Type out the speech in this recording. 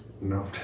No